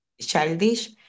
childish